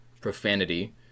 profanity